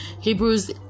Hebrews